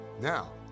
Now